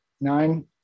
nine